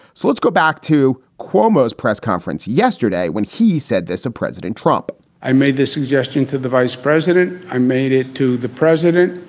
so let's go back to cuomo's press conference yesterday when he said this to president trump i made this suggestion to the vice president. i made it to the president.